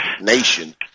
nation